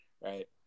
right